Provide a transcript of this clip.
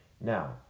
Now